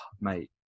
mate